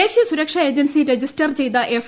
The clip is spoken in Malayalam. ദേശീയ സുരക്ഷ ഏജൻസി രജിസ്റ്റർ ചെയ്ത എഫ്